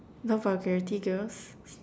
no vulgarity girls